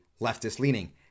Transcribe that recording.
leftist-leaning